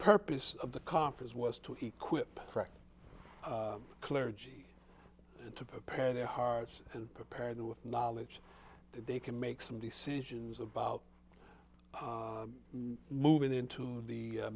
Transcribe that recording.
purpose of the conference was to he quip correct clergy to prepare their hearts and prepared with knowledge that they can make some decisions about moving into the